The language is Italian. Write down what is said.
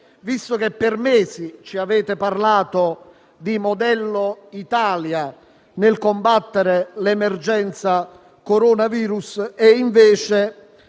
visto che per mesi ci avete parlato di modello Italia nel combattere l'emergenza coronavirus e invece